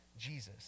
Jesus